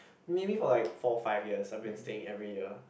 maybe for like four five years I've been staying every year